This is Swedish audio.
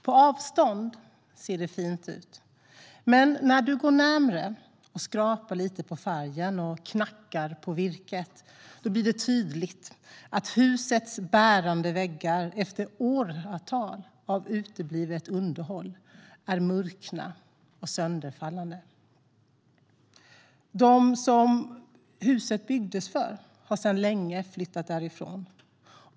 På avstånd ser det fint ut, men när du går närmare, skrapar lite på färgen och knackar på virket blir det tydligt att husets bärande väggar efter åratal av uteblivet underhåll är murkna och sönderfallande. De som huset byggdes för har sedan länge flyttat därifrån.